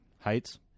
Heights